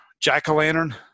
Jack-O-Lantern